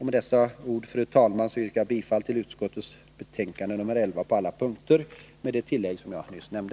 Med dessa ord, fru talman, yrkar jag bifall till utskottets betänkande nr 11 på alla punkter med det tillägg jag nyss nämnde.